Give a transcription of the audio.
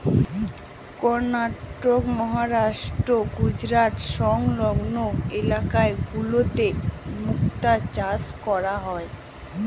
কর্ণাটক, মহারাষ্ট্র, গুজরাট সংলগ্ন ইলাকা গুলোতে মুক্তা চাষ করা হয়